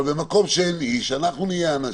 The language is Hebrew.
אנחנו יודעים,